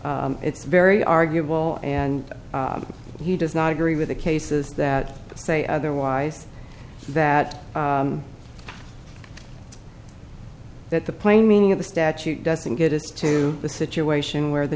said it's very arguable and he does not agree with the cases that say otherwise that that the plain meaning of the statute doesn't get us to the situation where the